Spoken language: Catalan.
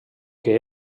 que